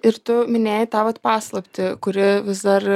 ir tu minėjai tą vat paslaptį kuri vis dar